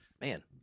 man